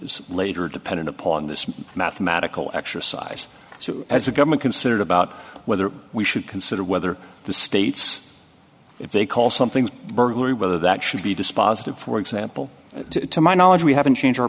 is later depended upon this mathematical exercise so as a government considered about whether we should consider whether the states if they call something burglary whether that should be dispositive for example to my knowledge we haven't changed our